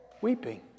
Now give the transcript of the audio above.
weeping